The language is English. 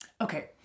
Okay